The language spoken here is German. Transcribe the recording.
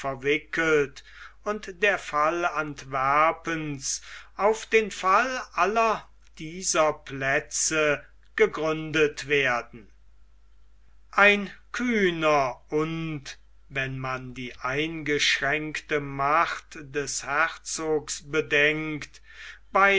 verwickelt und der fall antwerpens auf den fall aller dieser plätze gegründet werden ein kühner und wenn man die eingeschränkte macht des herzogs bedenkt